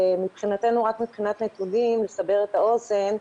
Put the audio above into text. מבחינתנו, רק מבחינת נתונים לסבר את האוזן,